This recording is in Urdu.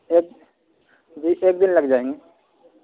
ایک جی ایک دن لگ جائیں گے